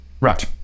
Right